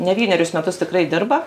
ne vienerius metus tikrai dirba